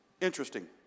interesting